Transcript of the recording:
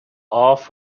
off